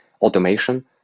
automation